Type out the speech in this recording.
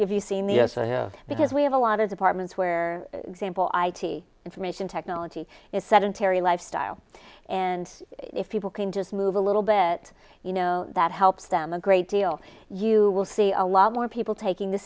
if you see me yes i have because we have a lot as apartments where zambo i t information technology is sedentary lifestyle and if people can just move a little bit you know that helps them a great deal you will see a lot more people taking the